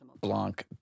Blanc